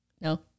No